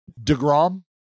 DeGrom